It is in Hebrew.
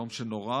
הלאום שנורה,